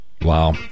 Wow